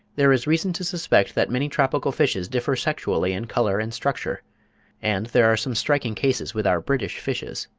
there is reason to suspect that many tropical fishes differ sexually in colour and structure and there are some striking cases with our british fishes.